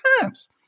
times